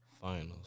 Finals